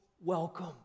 welcome